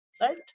right